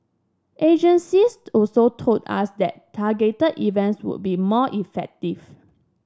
agencies also told us that targeted events would be more effective